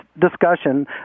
discussion